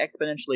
exponentially